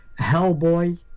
Hellboy